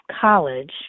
college